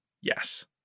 Yes